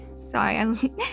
Sorry